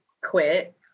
quit